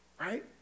right